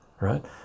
right